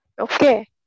Okay